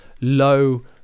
low